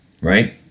right